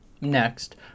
Next